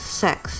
sex